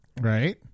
Right